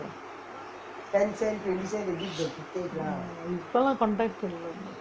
mm இப்பே லாம்:ippae laam conductor இல்லே:illae